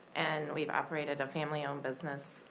and we've operated a family owned business.